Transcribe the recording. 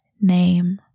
name